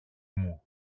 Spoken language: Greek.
μου